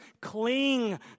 cling